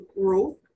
growth